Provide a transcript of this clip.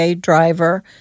driver